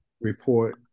report